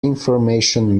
information